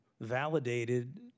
validated